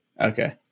Okay